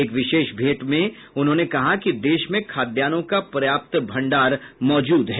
एक विशेष भेंट में उन्होंने कहा कि देश में खाद्यान्नों का पर्याप्त भंडार मौजूद है